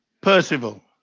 Percival